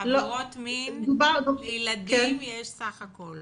עבירות מין בילדים יש בסך הכל